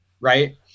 Right